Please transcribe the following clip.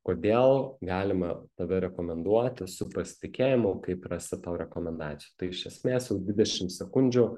kodėl galima tave rekomenduoti su pasitikėjimu kaip rasti tau rekomendacijų tai iš esmės jau dvidešim sekundžių